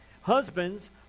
Husbands